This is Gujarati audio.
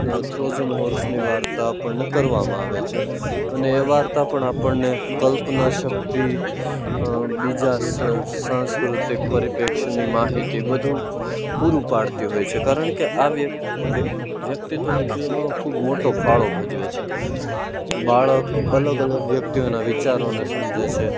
થ્રોઝન હોર્સની વાર્તા આપણને કરવામાં આવે છે અને એ વાર્તા પણ આપણને કલ્પના શક્તિ બીજા સાંસ્કૃતિક પરિપ્રેક્ષની માહિતી બધું પૂરું પાડતી હોય છે કારણ કે આ વ્ય વ્યક્તિત્વને ખિલવામાં ખૂબ મોટો ફાળો ભજવે છે બાળક અલગ અલગ વ્યક્તિઓના વિચારોને સમજે છે